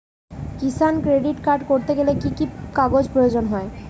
কিষান credit card করতে গেলে কি কি কাগজ প্রয়োজন হয়?